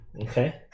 Okay